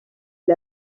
est